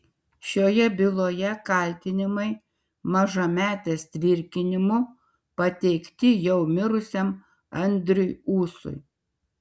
šioje byloje kaltinimai mažametės tvirkinimu pateikti jau mirusiam andriui ūsui